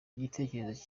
icyerekezo